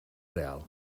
real